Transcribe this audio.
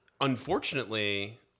unfortunately